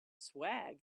swag